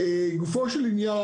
לגופו של עניין,